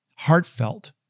Heartfelt